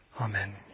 Amen